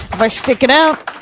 if i stick it out,